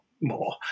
More